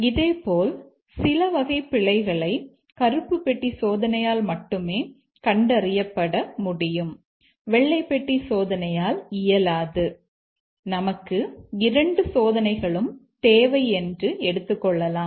இதேபோல் சில வகை பிழைகளை கருப்பு பெட்டி சோதனையால் மட்டுமே கண்டறியப்பட முடியும் வெள்ளை பெட்டி சோதனையால் இயலாது நமக்கு இரண்டு சோதனைகளும் தேவை என்று எடுத்துக்கொள்ளலாம்